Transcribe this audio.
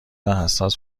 حساس